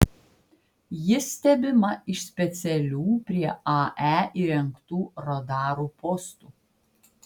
ji stebima iš specialių prie ae įrengtų radarų postų